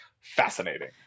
fascinating